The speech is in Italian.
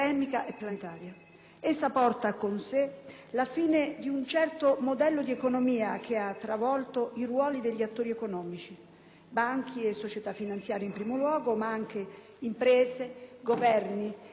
Essa porta con sé la fine di un certo modello di economia che ha stravolto i ruoli degli attori economici: banche e società finanziarie in primo luogo, ma anche imprese, Governi e risparmiatori.